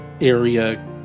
area